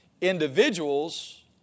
Individuals